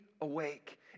awake